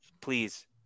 Please